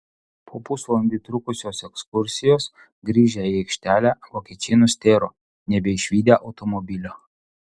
po pusvalandį trukusios ekskursijos grįžę į aikštelę vokiečiai nustėro nebeišvydę automobilio